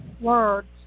words